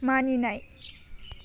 मानिनाय